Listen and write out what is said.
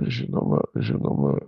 žinoma žinoma